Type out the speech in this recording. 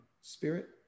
spirit